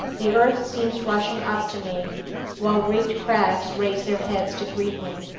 the earth seems rushing up to me while rigged crags raise their heads to greet me.